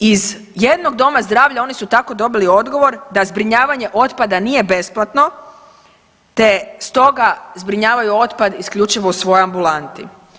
Iz jednog doma zdravlja oni su tako dobili odgovor da zbrinjavanje otpada nije besplatno, te stoga zbrinjavaju otpad isključivo u svojoj ambulanti.